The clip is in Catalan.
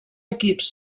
equips